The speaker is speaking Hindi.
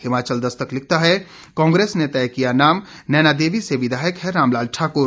हिमाचल दस्तक लिखता है कांग्रेस ने तय किया नाम नैनादेवी से विधायक है रामलाल ठाक्र